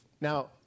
Now